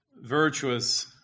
virtuous